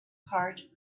part